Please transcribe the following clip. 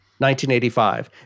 1985